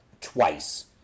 twice